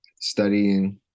studying